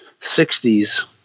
60s